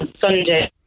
Sunday